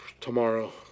tomorrow